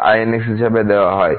হিসাবে দেওয়া হয়